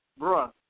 bruh